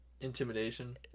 Intimidation